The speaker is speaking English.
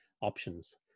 options